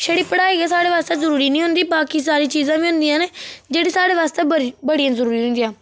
छड़ी पढ़ाई गै स्हाड़े आस्तै जरूरी नी हुंदी बाकी सारी चीजां बी होंदियां न जेहड़ी स्हाड़े आस्तै बड़ी बड़ियां जरूरी होंदियां